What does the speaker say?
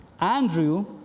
Andrew